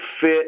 fit